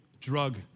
drug